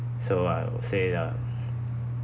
so I'll say uh